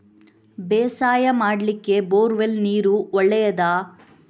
ಬೇಸಾಯ ಮಾಡ್ಲಿಕ್ಕೆ bore well ನೀರು ಒಳ್ಳೆಯದಾ?